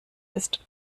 ist